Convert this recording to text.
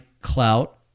clout